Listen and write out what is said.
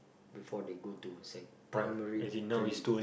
before they go to sec primary three